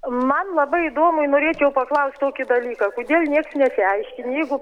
man labai įdomu ir norėčiau paklausti tokį dalyką kodėl niekas nesiaiškina jeigu